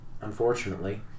Unfortunately